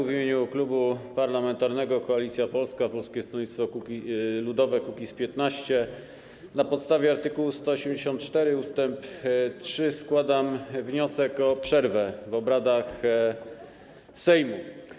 W imieniu Klubu Parlamentarnego Koalicja Polska - Polskie Stronnictwo Ludowe - Kukiz15 na podstawie art. 184 ust. 3 składam wniosek o przerwę w obradach Sejmu.